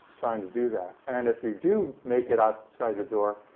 trying to do that. and if you do make it outside the door,